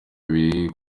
bibiri